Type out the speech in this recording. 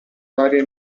varie